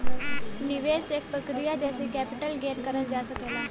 निवेश एक प्रक्रिया जेसे कैपिटल गेन करल जा सकला